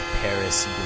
Paris